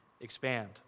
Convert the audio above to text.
expand